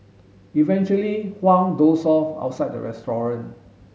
eventually Huang dozed off outside the restaurant